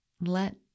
Let